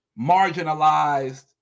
marginalized